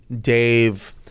Dave